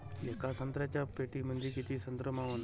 येका संत्र्याच्या पेटीमंदी किती संत्र मावन?